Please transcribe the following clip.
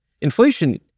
inflation